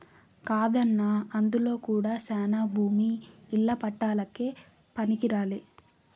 కాదన్నా అందులో కూడా శానా భూమి ఇల్ల పట్టాలకే పనికిరాలే